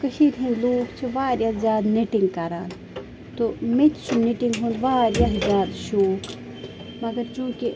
کٔشیٖرۍ ہِنٛدۍ لوٗکھ چھِ واریاہ زیادٕ نِٹِنٛگ کَران تہٕ مےٚ تہِ چھُ نِٹِنٛگ ہُنٛد واریاہ زیادٕ شوق مگر چونٛکہِ